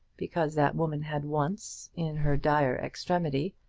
because that woman had once, in her dire extremity,